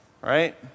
Right